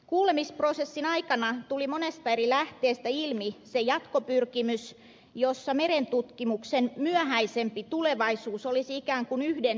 kuulemisprosessin aikana tuli monesta eri lähteestä ilmi se jatkopyrkimys jossa merentutkimuksen myöhäisempi tulevaisuus olisi ikään kuin yhden sateenvarjon alla